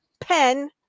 pen